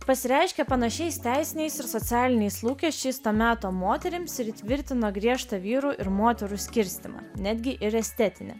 pasireiškia panašiais teisiniais ir socialiniais lūkesčiais to meto moterims ir įtvirtino griežtą vyrų ir moterų skirstymą netgi ir estetinį